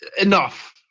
Enough